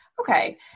Okay